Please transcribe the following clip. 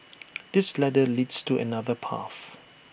this ladder leads to another path